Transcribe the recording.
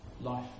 life